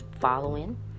following